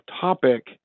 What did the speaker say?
topic